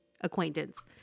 acquaintance